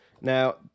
Now